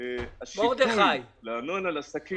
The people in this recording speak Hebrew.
השיפוי לארנונה לעסקים